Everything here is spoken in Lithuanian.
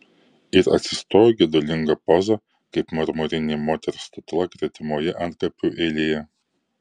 ir atsistojo gedulinga poza kaip marmurinė moters statula gretimoje antkapių eilėje